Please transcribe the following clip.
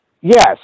Yes